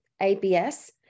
ABS